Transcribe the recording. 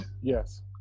Yes